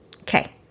Okay